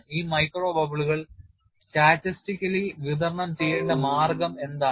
ഈ മൈക്രോ ബബിളുകൾ statistically വിതരണം ചെയ്യേണ്ട മാർഗം എന്താണ്